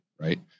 right